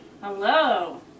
Hello